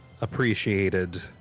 appreciated